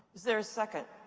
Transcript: is there a second?